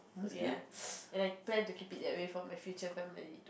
ok ya and I plan to keep it that way for my future family